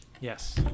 Yes